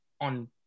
on